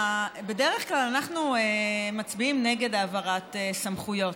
בדרך כלל אנחנו מצביעים נגד העברת סמכויות.